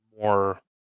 more